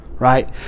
Right